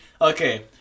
Okay